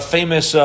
Famous